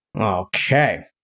Okay